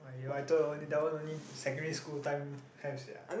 !wah! you writer only that one only secondary school time have sia